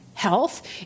health